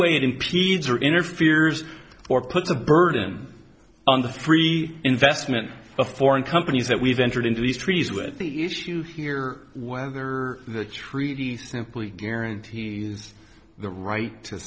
way it impedes or interferes or puts a burden on the free investment of foreign companies that we've entered into these treaties with the issue here whether the treaty thing plea guarantees the right to